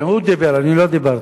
הוא דיבר, אני לא דיברתי.